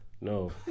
No